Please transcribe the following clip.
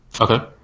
Okay